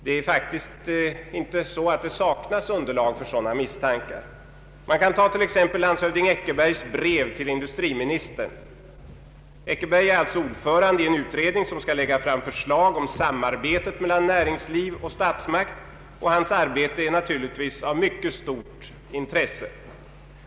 Det saknas faktiskt inte underlag för sådana misstankar. Man kan som exempel ta landshövding Eckerbergs brev till industriministern. Eckerberg är alltså ordförande i en utredning som skall lägga fram förslag om samarbetet mellan näringsliv och statsmakt, och hans arbete är naturligtvis av mycket stort intresse.